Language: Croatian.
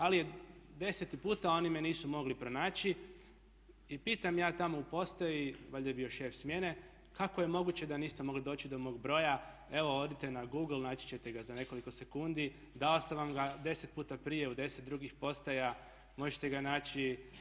Ali je deseti puta, oni me nisu mogli pronaći i pitam ja tamo u postaji valjda je bio šef smjene kako je moguće da niste mogli doći do mog broja, evo odite na Google naći ćete ga za nekoliko sekundi, dao sam vam ga 10 puta prije u 10 drugih postaja, možete ga naći.